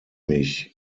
mich